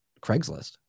Craigslist